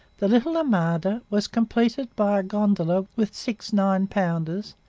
the little armada was completed by a gondola with six nine pounders,